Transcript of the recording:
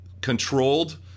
controlled